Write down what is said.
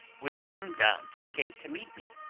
would come down to the gate to meet me.